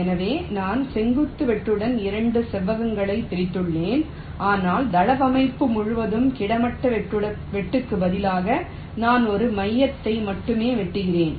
எனவே நான் செங்குத்து வெட்டுடன் 2 செவ்வகங்களாகப் பிரிக்கிறேன் ஆனால் தளவமைப்பு முழுவதும் கிடைமட்ட வெட்டுக்கு பதிலாக நான் ஒரு மையத்தை மட்டுமே வெட்டுகிறேன்